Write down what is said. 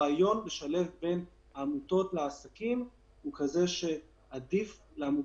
הרעיון לשלב בין עמותות לעסקים הוא עדיף לעמותות,